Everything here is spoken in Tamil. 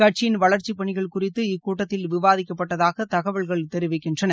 கட்சியின் வளர்ச்சிப் பணிகள் குறித்து இக்கூட்டத்தில் விவாதிக்கப்பட்டதாக தகவல்கள் தெரிவிக்கின்றன